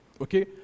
okay